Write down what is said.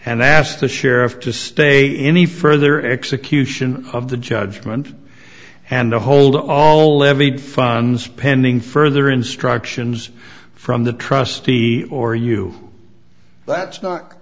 and asked the sheriff to stay any further execution of the judgment and to hold all levied funds pending further instructions from the trustee or you that's not